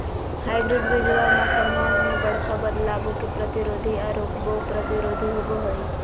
hybrid बीजावा मौसम्मा मे बडका बदलाबो के प्रतिरोधी आ रोगबो प्रतिरोधी होबो हई